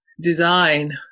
design